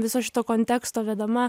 viso šito konteksto vedama